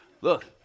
Look